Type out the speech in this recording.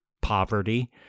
poverty